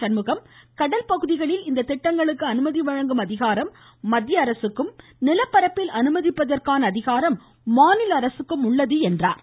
சண்முகம் கடற்பகுதியில் இத்திட்டங்களுக்கு அனுமதி வழங்கும் அதிகாரம் மத்திய அரசுக்கும் நிலப்பரப்பில் அனுமதிப்பதற்கான அதிகாரம் மாநில அரசுக்கும் உள்ளது என்றார்